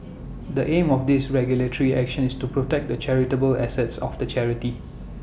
the aim of this regulatory action is to protect the charitable assets of the charity